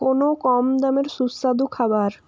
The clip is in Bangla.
কোনো কম দামের সুস্বাদু খাবার